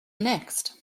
next